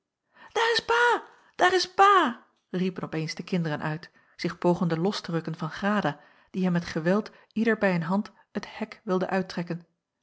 daar is pa riepen op eens de kinderen uit zich pogende los te rukken van grada die hen met geweld ieder bij een hand het hek wilde uittrekken